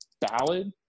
ballad